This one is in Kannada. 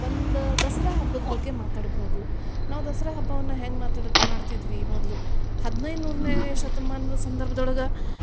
ಒಂದು ದಸರಾ ಹಬ್ಬದ ಬಗ್ಗೆ ಮಾತಾಡಬಹುದು ನಾವು ದಸರಾ ಹಬ್ಬವನ್ನು ಹ್ಯಾಂಗ ಮಾತಾಡ್ ಮಾಡ್ತಿದ್ವಿ ಮೊದಲು ಹದಿನೈದು ನೂರನೆ ಶತಮಾನದ ಸಂದರ್ಭದೊಳ್ಗ